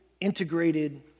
integrated